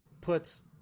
puts